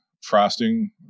frosting